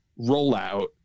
rollout